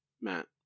Matt